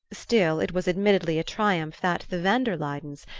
still, it was admittedly a triumph that the van der luydens,